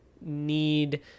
need